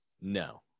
no